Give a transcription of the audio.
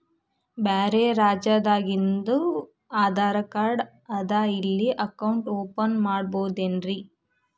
ಬ್ಯಾರೆ ರಾಜ್ಯಾದಾಗಿಂದು ಆಧಾರ್ ಕಾರ್ಡ್ ಅದಾ ಇಲ್ಲಿ ಅಕೌಂಟ್ ಓಪನ್ ಮಾಡಬೋದೇನ್ರಿ?